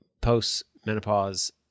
post-menopause